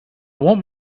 want